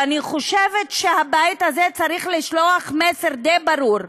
ואני חושבת שהבית הזה צריך לשלוח מסר די ברור,